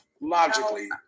Logically